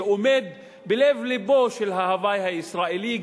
שעומד בלב לבו של ההווי הישראלי,